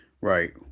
right